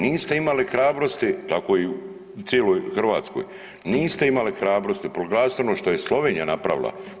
Niste imali hrabrosti tako i u cijeloj Hrvatskoj, niste imali hrabrosti ono što je Slovenija napravila.